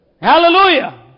Hallelujah